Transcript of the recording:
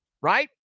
right